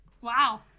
Wow